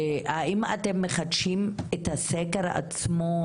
האם אתם מחדשים את הסקר עצמו?